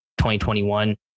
2021